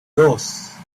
dos